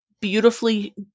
beautifully